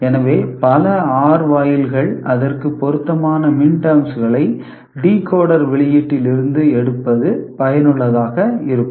எனவே பல ஆர் வாயில்கள் அதற்கு பொருத்தமான மின்டெர்ம்ஸ் களை டீகோடர் வெளியீட்டில் இருந்து எடுப்பது பயனுள்ளதாக இருக்கும்